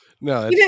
No